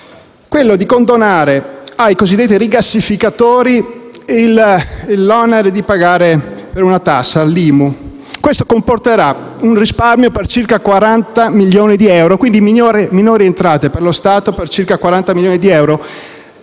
ottenere di condonare ai cosiddetti rigassificatori l'onere di pagare l'IMU. E ciò comporterà un risparmio di circa 40 milioni di euro; quindi minori entrate per lo Stato per circa 40 milioni di euro